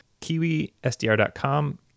KiwiSDR.com